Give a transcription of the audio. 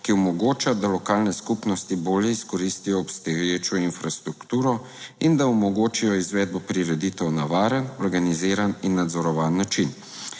ki omogoča, da lokalne skupnosti bolje izkoristijo obstoječo infrastrukturo in da omogočijo izvedbo prireditev na varen, organiziran in nadzorovan način.